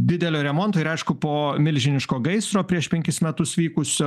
didelio remonto ir aišku po milžiniško gaisro prieš penkis metus vykusio